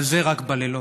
אבל זה רק בלילות.